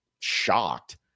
shocked